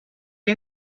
est